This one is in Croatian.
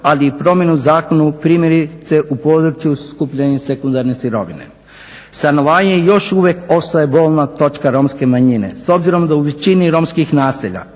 ali i promjeni zakona primjerice u području skupljanja sekundarne sirovine. Stanovanje još uvijek ostaje bolna točka Romske manjine. S obzirom da u većini romskih naselja